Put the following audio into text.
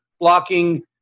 blocking